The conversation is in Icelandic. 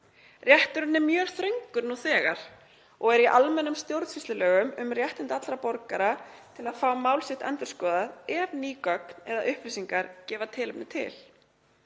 Rétturinn er mjög þröngur nú þegar og er í almennum stjórnsýslulögum kveðið á um réttindi allra borgara til að fá mál sitt endurskoðað ef ný gögn eða upplýsingar gefa tilefni til.